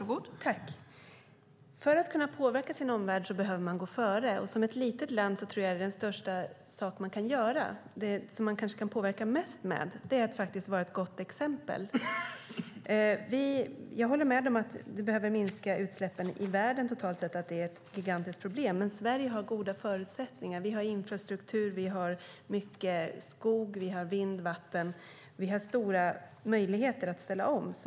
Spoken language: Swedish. Fru talman! För att kunna påverka sin omvärld behöver man gå före, och som ett litet land tror jag att den sak som man kanske kan påverka mest med är att vara ett gott exempel. Jag håller med om att vi behöver minska utsläppen i världen totalt sett och att det är ett gigantiskt problem, men Sverige har goda förutsättningar - vi har infrastruktur, mycket skog, vind och vatten och därför stora möjligheter att ställa om.